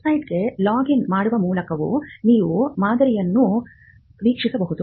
ವೆಬ್ಸೈಟ್ಗೆ log in ಮಾಡುವ ಮೂಲಕ ನೀವು ಮಾದರಿಯನ್ನು ವೀಕ್ಷಿಸಬಹುದು